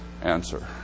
answer